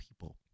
people